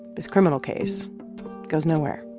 this criminal case goes nowhere